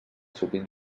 sovint